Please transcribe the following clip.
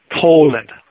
Poland